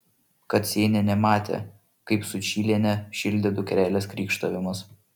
kacėnienė matė kaip sučylienę šildė dukrelės krykštavimas